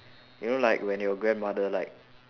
you know like when your grandmother like